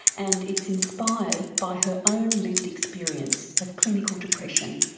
and it's inspired by her own lived experience of clinical depression.